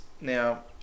now